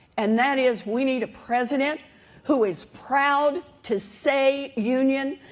and that is we need a president who is proud to say union,